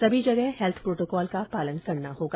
सभी जगह health protocol का पालन करना होगा